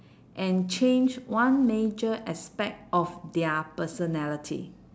and change one major aspect of their personality